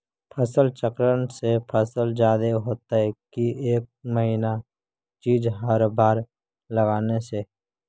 फसल चक्रन से फसल जादे होतै कि एक महिना चिज़ हर बार लगाने से?